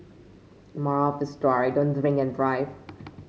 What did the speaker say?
moral of the story don't drink and drive